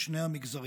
לשני המגזרים.